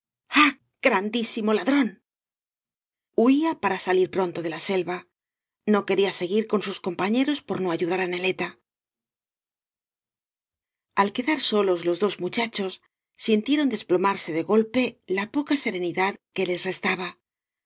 grandísimo ladrón huía para salir pronto de la selva no quería seguir con sus compañeros por no ayudar á neleta al quedar solos los dos muchachos sintieron desplomarse de golpe la poca serenidad que les restaba